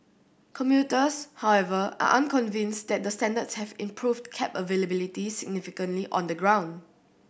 commuters however are unconvinced that the standards have improved cab availability significantly on the ground